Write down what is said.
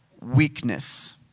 weakness